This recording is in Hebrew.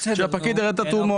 שהפקיד יראה את התרומות,